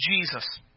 Jesus